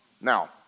Now